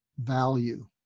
value